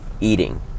eating